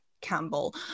Campbell